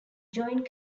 joint